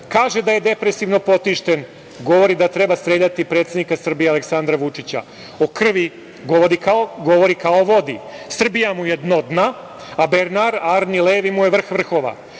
kaže da je depresivno potišten. Govori da treba streljati predsednika Srbije Aleksandra Vučića. O krvi govori kao govori kao o vodi. Srbija mu je dno dna, a Bernar Arni Levi mu je vrh vrhova.